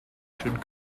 should